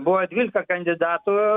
buvo dvylika kandidatų